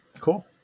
cool